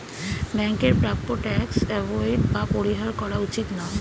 ব্যাংকের প্রাপ্য tax avoid বা পরিহার করা উচিত নয়